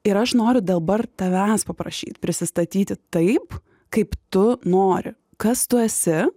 ir aš noriu dabar tavęs paprašyt prisistatyti taip kaip tu nori kas tu esi